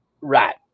right